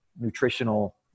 nutritional